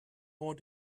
more